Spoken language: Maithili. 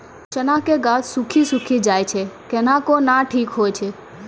चना के गाछ सुखी सुखी जाए छै कहना को ना ठीक हो छै?